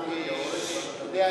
היושב-ראש,